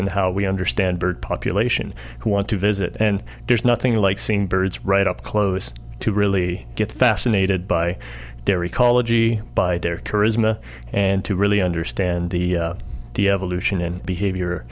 and how we understand bird population who want to visit and there's nothing like seeing birds right up close to really get fascinated by their ecology by their charisma and to really understand the the evolution and behavior